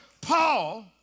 Paul